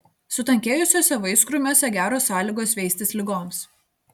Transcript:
sutankėjusiuose vaiskrūmiuose geros sąlygos veistis ligoms